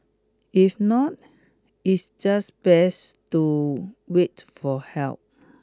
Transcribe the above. if not it's just best to wait for help